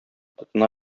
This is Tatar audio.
тотына